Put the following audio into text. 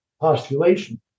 postulation